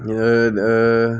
ओ ओ